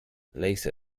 ليس